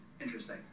interesting